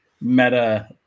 meta